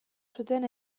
zuten